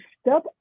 step